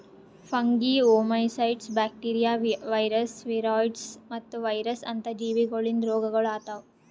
fungi, oomycetes, bacteria, viruses, viroids ಮತ್ತ virus ಅಂತ ಜೀವಿಗೊಳಿಂದ್ ರೋಗಗೊಳ್ ಆತವ್